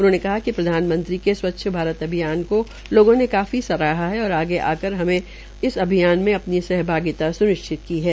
उन्होंने कहा कि प्रधानमंत्री के स्वच्छ भारत अभियान को लोगों ने काफी सराहा है और आगे आकर हम अभियान में अपनी सहभगिता सुनिश्चित की है